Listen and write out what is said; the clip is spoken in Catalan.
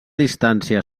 distància